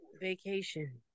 Vacation